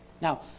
Now